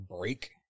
break